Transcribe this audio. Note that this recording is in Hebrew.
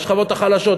לשכבות החלשות,